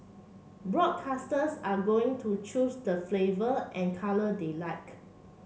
broadcasters are going to choose the flavour and colour they like